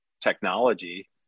technology